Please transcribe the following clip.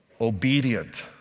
obedient